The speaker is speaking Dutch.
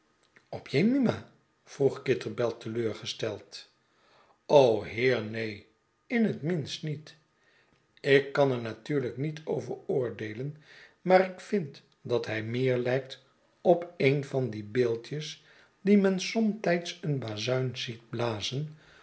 op jemima vroeg kitterbell teleurgesteld heer neen in het minst niet ik kan er natuurlijk niet over oordeelen maar ik vind dat hij meer lijkt op een van die beeldjes die men somtijds een bazuin ziet blazen